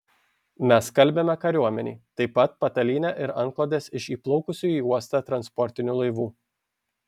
mes skalbiame kariuomenei taip pat patalynę ir antklodes iš įplaukusių į uostą transportinių laivų